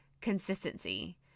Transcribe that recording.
consistency